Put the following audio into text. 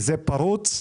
זה פרוץ,